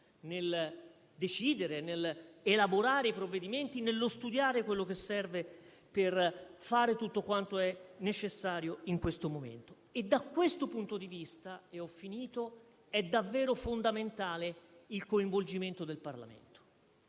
nel decidere, nell'elaborare i provvedimenti, nello studiare quello che serve per fare tutto quanto è necessario in questo momento. Da questo punto di vista - e concludo - è davvero fondamentale il coinvolgimento del Parlamento.